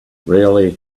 rarely